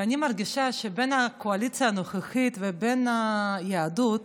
ואני מרגישה שבין הקואליציה הנוכחית לבין היהדות